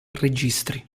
registri